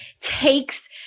takes